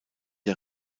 der